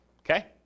Okay